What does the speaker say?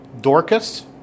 Dorcas